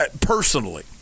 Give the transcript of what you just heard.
personally